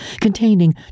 containing